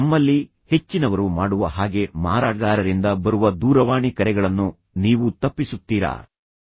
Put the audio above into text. ನಮ್ಮಲ್ಲಿ ಹೆಚ್ಚಿನವರು ಮಾಡುವ ಹಾಗೆ ಮಾರಾಟಗಾರರಿಂದ ಬರುವ ದೂರವಾಣಿ ಕರೆಗಳನ್ನು ನೀವು ತಪ್ಪಿಸುತ್ತೀರಾ